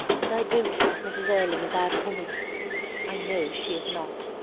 and i don't think mrs. erlynne a bad woman i know she's not.